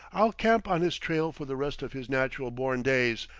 i'll camp on his trail for the rest of his natural-born days!